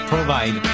provide